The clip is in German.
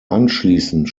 anschließend